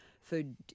food